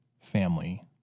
Family